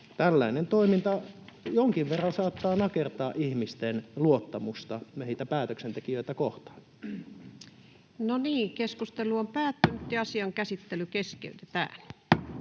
Tällainen toiminta jonkin verran saattaa nakertaa ihmisten luottamusta meitä päätöksentekijöitä kohtaan. Toiseen käsittelyyn esitellään